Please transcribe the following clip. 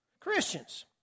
Christians